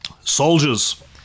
Soldiers